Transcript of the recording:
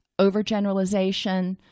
overgeneralization